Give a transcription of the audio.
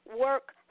work